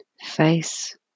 face